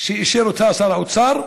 שאישר שר האוצר,